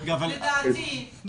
לדעתי,